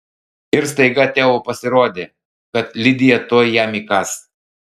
ir staiga teo pasirodė kad lidija tuoj jam įkąs